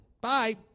Bye